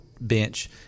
bench